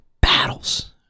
battles